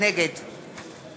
נגד